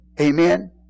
Amen